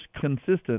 consistent